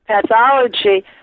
pathology